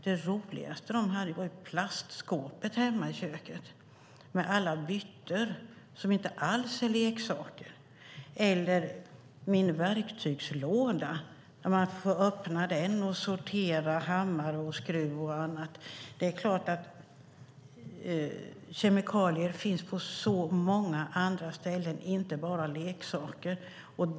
Det roligaste de hade var att gå i plastskåpet hemma i köket, med alla byttor, som inte alls är leksaker, eller min verktygslåda, att få öppna den och sortera hammare, skruv och annat. Kemikalier finns på många andra ställen - inte bara i leksaker.